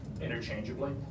interchangeably